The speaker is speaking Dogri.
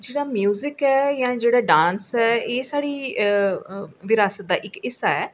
जेह्ड़ा म्युजिक ऐ जां जेह्ड़ा डांस ऐ एह् साढ़ी विरासत दा इक्क हिस्सा ऐ